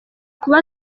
kuba